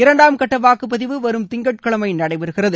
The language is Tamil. இரண்டாம் கட்ட வாக்குப்பதிவு வரும் திங்கட்கிழமை நடைபெறுகிறது